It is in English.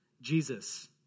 Jesus